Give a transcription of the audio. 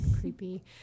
Creepy